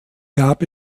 gab